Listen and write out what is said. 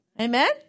Amen